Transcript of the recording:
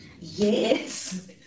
Yes